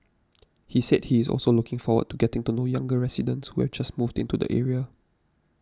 he said he is also looking forward to getting to know younger residents who have just moved into the area